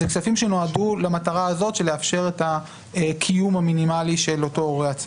נועדו לאפשר קיום מינימלי של ההורה.